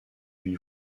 lui